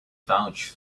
vouch